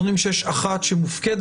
אבל אנחנו יודעים שיש אחת שמופקדת,